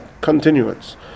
continuance